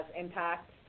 impact